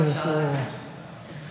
ההצעה להעביר את הנושא לוועדת הכלכלה נתקבלה.